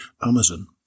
Amazon